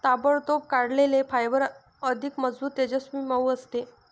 ताबडतोब काढलेले फायबर अधिक मजबूत, तेजस्वी, मऊ असते